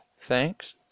thanks